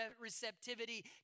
receptivity